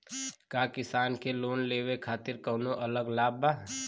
का किसान के लोन लेवे खातिर कौनो अलग लाभ बा?